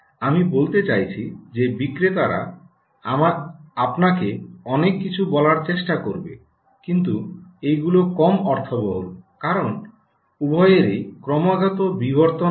আমি বলতে চাইছি যে বিক্রেতারা আপনাকে অনেক কিছু বলার চেষ্টা করবে কিন্তু এগুলো কম অর্থবহুল কারণ উভয়ের ক্রমাগত বিবর্তন হচ্ছে